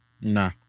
Nah